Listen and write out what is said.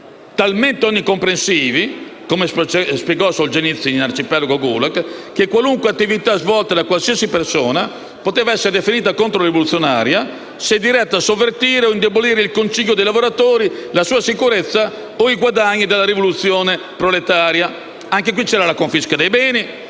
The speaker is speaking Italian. talmente omnicomprensivi - come spiegò Solženicyn in «Arcipelago gulag» - che qualunque attività svolta da qualsiasi persona poteva essere definita controrivoluzionaria se diretta a sovvertire o indebolire il Consiglio dei lavoratori, la sua sicurezza o i guadagni della rivoluzione proletaria. Anche qui c'era la confisca dei beni